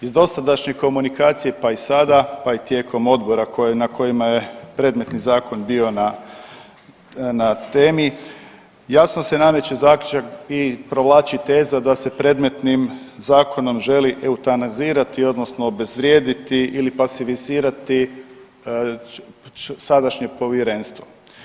Iz dosadašnje komunikacije pa i sada pa i tijekom odbora na kojima je predmetni zakon bio na temi jasno se nameće zaključak i provlači teza da se predmetnim zakonom želi eutanazirati odnosno obezvrijediti ili pasivizirati sadašnje povjerenstvo.